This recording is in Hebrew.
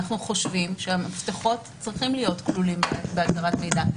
אנחנו חושבים שהמפתחות צריכים להיות כלולים בהגדרת מידע.